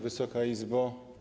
Wysoka Izbo!